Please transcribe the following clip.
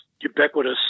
ubiquitous